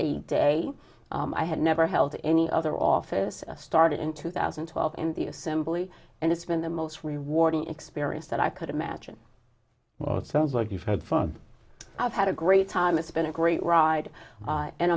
a day i had never held any other office started in two thousand and twelve in the assembly and it's been the most rewarding experience that i could imagine well it sounds like you've had fun i've had a great time it's been a great ride